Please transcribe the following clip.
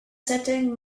setting